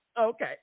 Okay